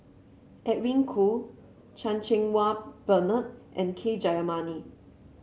Edwin Koo Chan Cheng Wah Bernard and K Jayamani